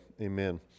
Amen